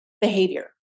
behavior